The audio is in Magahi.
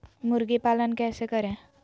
मुर्गी पालन कैसे करें?